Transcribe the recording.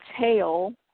tail